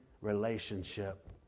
relationship